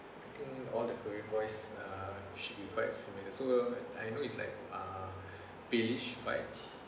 mm all the korea voice uh should be quite similar so I know it's like uh be rich quite